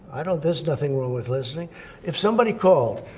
i don't there's nothing wrong with listening if somebody called